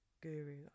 guru